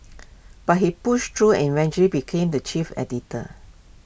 but he pushed through and eventually became the chief editor